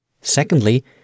Secondly